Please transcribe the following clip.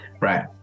Right